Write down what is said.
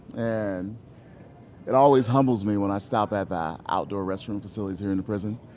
and it always humbles me when i stop at the outdoor restroom facilities here in the prison.